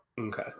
Okay